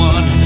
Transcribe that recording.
One